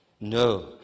No